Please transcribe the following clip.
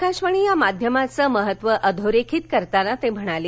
आकाशवाणी या माध्यमाचं महत्त्व अधोरेखित करताना ते म्हणाले